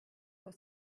was